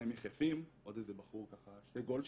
שניהם יחפים, עוד איזה בחור, שני גולשים,